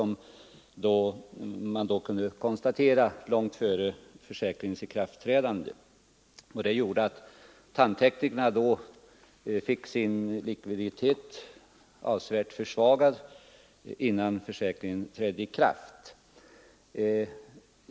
Tandteknikernas likviditet försvagades därför avsevärt innan försäkringen trädde i kraft.